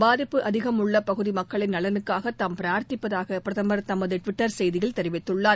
பாதிப்பு அதிகம் உள்ள பகுதி மக்களின் நலனுக்காக தாம் பிராத்திப்பதாக பிரதம் தனது டுவிட்டர் செய்தியில் தெரிவித்துள்ளார்